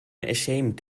ashamed